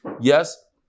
yes